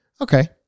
Okay